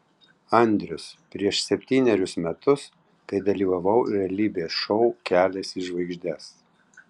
andrius prieš septynerius metus kai dalyvavau realybės šou kelias į žvaigždes